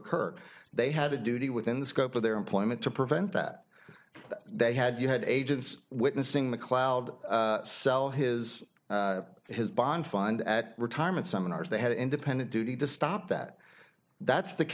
occur they had a duty within the scope of their employment to prevent that they had you had agents witnessing the cloud sell his his bond fund at retirement summoners they had an independent duty to stop that that's the